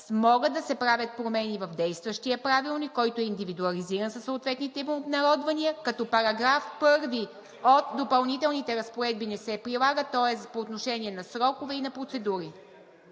могат да се правят промени в действащия правилник, който е индивидуализиран със съответния тип обнародвания, като § 1 от Допълнителните разпоредби не се прилага, тоест по отношение на срокове и на процедури.